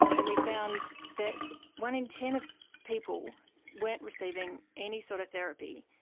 and we found that one in ten of people weren't receiving any sort of therapy,